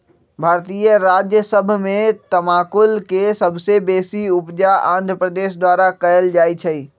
भारतीय राज्य सभ में तमाकुल के सबसे बेशी उपजा आंध्र प्रदेश द्वारा कएल जाइ छइ